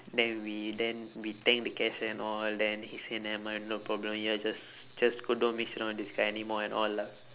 then we then we thank the cashier and all then he say nevermind no problem you all just just hope don't mix around with this kind anymore and all lah